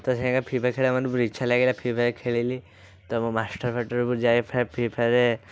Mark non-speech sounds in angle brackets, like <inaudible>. ତା ସାଙ୍ଗେ Free Fire ଖେଳିବାକୁ ମୋତେ ଇଚ୍ଛା ଲାଗିଲା ଫ୍ରି ଫାୟାର୍ ଖେଳିଲି ତୁମ ମାଷ୍ଟର୍ ବେଡ଼ରୁମ୍କୁ ଯାଇ <unintelligible> ଫ୍ରି ଫାୟାର୍ରେ